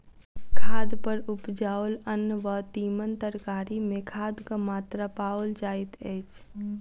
खाद पर उपजाओल अन्न वा तीमन तरकारी मे खादक मात्रा पाओल जाइत अछि